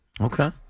Okay